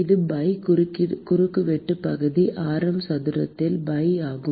இது பை குறுக்குவெட்டு பகுதி ஆரம் சதுரத்தில் பை ஆகும்